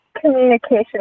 communication